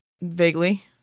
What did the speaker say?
vaguely